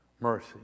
mercy